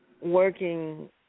working